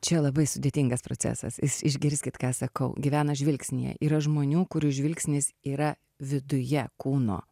čia labai sudėtingas procesas jūs išgirskit ką sakau gyvena žvilgsnyje yra žmonių kurių žvilgsnis yra viduje kūno